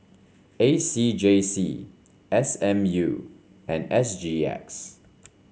A C J C S M U and S G X